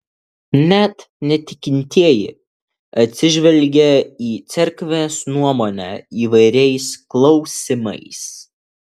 net netikintieji atsižvelgia į cerkvės nuomonę įvairiais klausimais